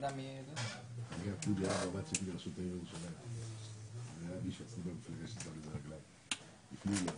גם ועדת סמים וגם ועדה לקנאביס.